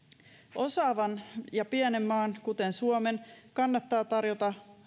osaavan ja pienen maan kuten suomen kannattaa tarjota